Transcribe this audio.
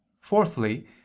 Fourthly